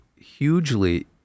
hugely